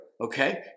okay